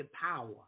power